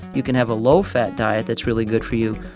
you can have a low-fat diet that's really good for you.